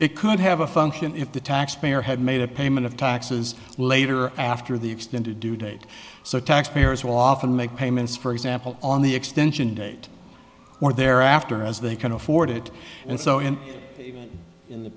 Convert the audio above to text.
it could have a function if the taxpayer had made a payment of taxes later after the extent to do that so taxpayers will often make payments for example on the extension date or thereafter as they can afford it and so in in the